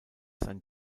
sein